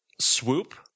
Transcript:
Swoop